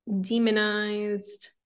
demonized